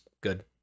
good